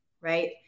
right